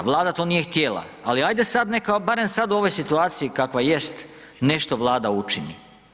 Vlada to nije htjela, ali ajde sad neka barem sad u ovoj situaciji kakva jest nešto Vlada učini.